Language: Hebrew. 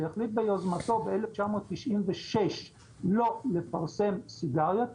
שהחליט ביוזמתו ב-1996 לא לפרסם סיגריות,